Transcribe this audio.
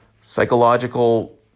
psychological